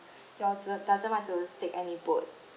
you all doesn't want to take any boat